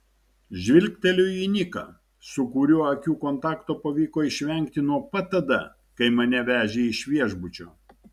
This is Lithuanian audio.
žvilgteliu į niką su kuriuo akių kontakto pavyko išvengti nuo pat tada kai mane vežė iš viešbučio